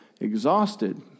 exhausted